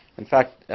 in fact,